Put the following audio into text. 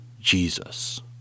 Jesus